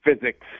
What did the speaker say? physics